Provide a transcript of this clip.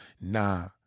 nah